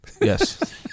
Yes